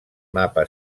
mapa